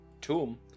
tomb